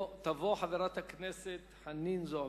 תבוא חברת הכנסת חנין זועבי,